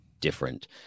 different